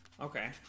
Okay